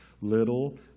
little